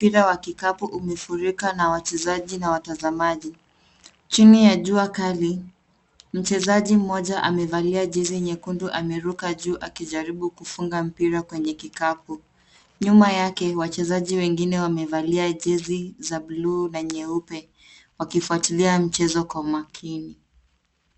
Mpira wa vikapu umefurika na wachezaji na watazamaji chini ya jua kali. Mchezaji mmoja amevalia jezi nyekundu ameruka juu akijaribu kufunga mpira kwenye kikapu. Nyuma yake wachezaji wengine wamevalia jezi za buluu na nyeupe wakifuatilia mchezo kwa umakini.